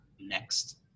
next